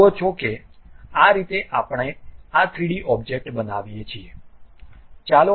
તમે જુઓ છો કે આ રીતે આપણે આ 3D ઓબ્જેક્ટ બનાવીએ છીએ